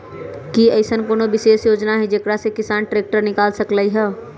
कि अईसन कोनो विशेष योजना हई जेकरा से किसान ट्रैक्टर निकाल सकलई ह?